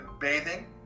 bathing